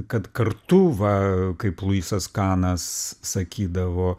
kad kartu va kaip luisas kanas sakydavo